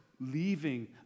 leaving